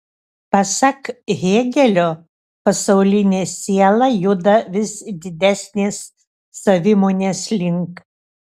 pasak hėgelio pasaulinė siela juda vis didesnės savimonės link